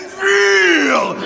feel